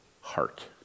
heart